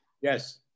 Yes